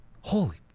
holy